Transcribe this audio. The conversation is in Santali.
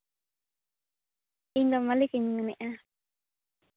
ᱤᱧᱫᱚ ᱢᱟᱹᱞᱤᱠ ᱤᱧ ᱢᱮᱱᱮᱫᱼᱟ